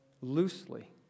loosely